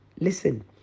Listen